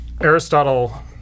Aristotle